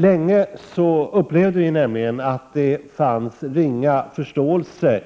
Länge upplevde vi nämligen att det inom regeringspartiet fanns ringa förståelse